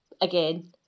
again